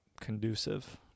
conducive